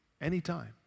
anytime